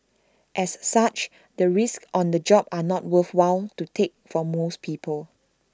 as such the risks on the job are not worthwhile to take for most people